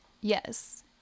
Yes